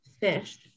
fish